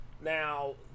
now